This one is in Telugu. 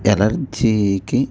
ఎలర్జీకి